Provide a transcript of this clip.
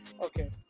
Okay